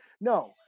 No